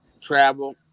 travel